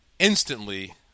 Instantly